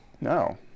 no